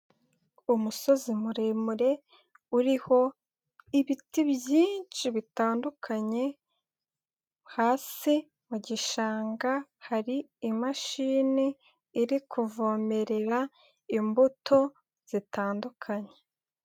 Umusozi muremure uriho ibiti byinshi bitandukanye hasi mu gishanga hari imashini iri kuvomerera imbuto zitandukanye.